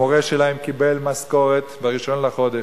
המורה קיבל משכורת ב-1 בחודש.